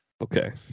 Okay